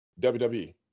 WWE